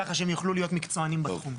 ככה שהם יוכלו להיות מקצוענים בתחום.